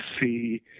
see